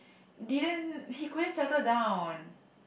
didn't he couldn't settle down